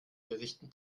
berichten